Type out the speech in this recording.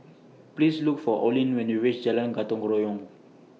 Please Look For Orlin when YOU REACH Jalan Gotong Royong